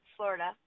Florida